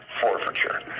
forfeiture